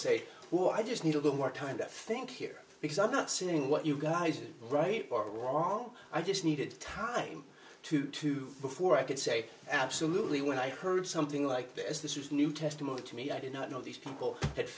say who i just need a little more time to think here because i'm not saying what you guys are right or wrong i just needed time to to before i could say absolutely when i heard something like that as this is new testament to me i did not know these people ha